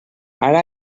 ara